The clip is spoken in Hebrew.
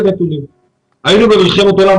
היינו במלחמת עולם.